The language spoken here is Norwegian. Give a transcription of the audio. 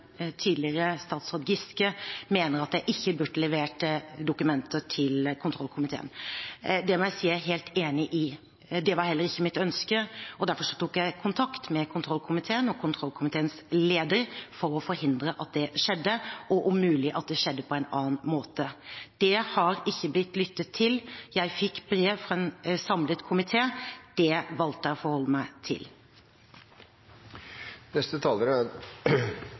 tidligere statsråd Giske mener at jeg ikke burde levert dokumenter til kontrollkomiteen. Det må jeg si jeg er helt enig i. Det var heller ikke mitt ønske, og derfor tok jeg kontakt med kontrollkomiteen og kontrollkomiteens leder for å forhindre at det skjedde, og om mulig at det skjedde på en annen måte. Det har ikke blitt lyttet til. Jeg fikk brev fra en samlet komité, og det valgte jeg å forholde meg til.